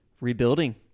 rebuilding